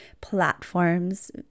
platforms